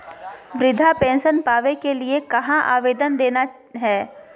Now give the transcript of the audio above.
वृद्धा पेंसन पावे के लिए कहा आवेदन देना है?